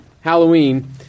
Halloween